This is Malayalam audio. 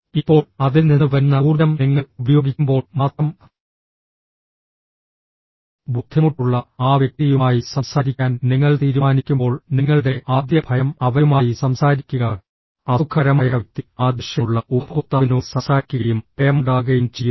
ഇപ്പോൾ അതിൽ നിന്ന് വരുന്ന ഊർജ്ജം നിങ്ങൾ ഉപയോഗിക്കുമ്പോൾ മാത്രം ബുദ്ധിമുട്ടുള്ള ആ വ്യക്തിയുമായി സംസാരിക്കാൻ നിങ്ങൾ തീരുമാനിക്കുമ്പോൾ നിങ്ങളുടെ ആദ്യ ഭയം അവരുമായി സംസാരിക്കുക അസുഖകരമായ വ്യക്തി ആ ദേഷ്യമുള്ള ഉപഭോക്താവിനോട് സംസാരിക്കുകയും ഭയം ഉണ്ടാകുകയും ചെയ്യുന്നു